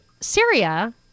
Syria